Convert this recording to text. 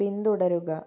പിന്തുടരുക